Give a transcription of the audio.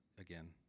again